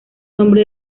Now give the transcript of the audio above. nombre